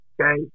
Okay